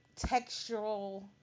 textural